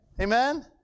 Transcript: Amen